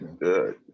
Good